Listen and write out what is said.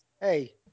Hey